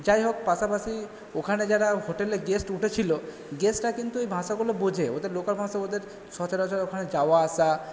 যাই হোক পাশাপাশি ওখানে যারা হোটেলে গেস্ট উঠেছিল গেস্টরা কিন্তু ওই ভাঁষাগুলো বোঝে ওদের লোকাল ভাঁষা ওদের সচরাচর ওখানে যাওয়া আসা